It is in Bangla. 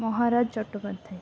মহারাজ চট্টোপাধ্যায়